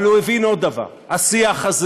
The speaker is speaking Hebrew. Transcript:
אבל הוא הבין עוד דבר: השיח הזה,